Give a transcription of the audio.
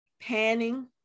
panning